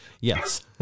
Yes